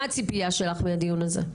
מה הציפייה שלך מהדיון הזה?